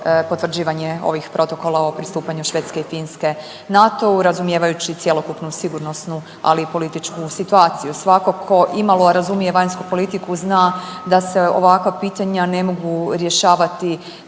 potvrđivanje ovih protokola o pristupanju Švedske i Finske NATO-u razumijevajući cjelokupnu sigurnosnu, ali i političku situaciju. Svako ko imalo razumije vanjsku politiku zna da se ovakva pitanja ne mogu rješavati